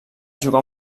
jugar